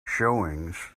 showings